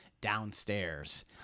downstairs